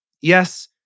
Yes